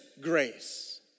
grace